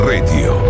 Radio